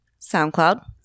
SoundCloud